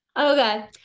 Okay